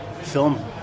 film